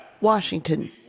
Washington